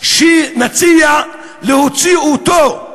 שנציע להוציא אותו,